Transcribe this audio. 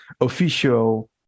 official